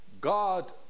God